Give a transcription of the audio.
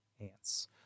ants